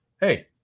Hey